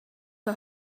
her